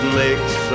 makes